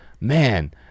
man